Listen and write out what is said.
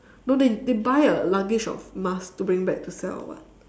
no they they buy a luggage of mask to bring back to sell or what